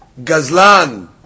Gazlan